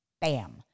Bam